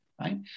right